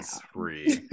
free